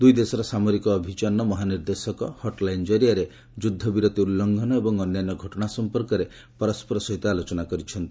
ଦୁଇ ଦେଶର ସାମରିକ ଅଭିଯାନର ମହା ନିର୍ଦ୍ଦେଶକ ହଟ୍ଲାଇନ୍ ଜରିଆରେ ଯୁଦ୍ଧ ବିରତି ଉଲ୍ଲ୍ଙ୍ଘନ ଏବଂ ଅନ୍ୟାନ୍ୟ ଘଟଣା ସମ୍ପର୍କରେ ପରସ୍କର ସହିତ ଆଲୋଚନା କରିଛନ୍ତି